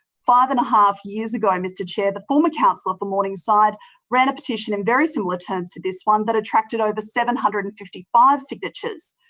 five and a half years ago, mr chair, the former councillor for morningside ran a petition in very similar terms to this one that attracted over seven hundred and fifty five signatures.